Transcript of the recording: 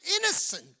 innocent